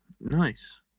Nice